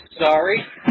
sorry